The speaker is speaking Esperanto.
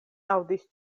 aŭdis